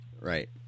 Right